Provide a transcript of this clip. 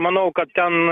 manau kad ten